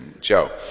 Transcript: Joe